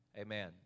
Amen